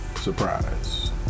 surprise